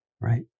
right